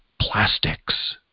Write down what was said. Plastics